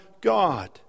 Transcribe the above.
God